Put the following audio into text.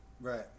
Right